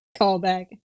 callback